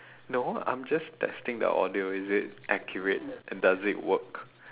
no I'm just testing the audio is it accurate and does it work